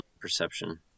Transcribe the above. perception